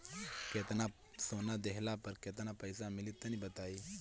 केतना सोना देहला पर केतना पईसा मिली तनि बताई?